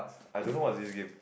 I don't know what is this game